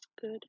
good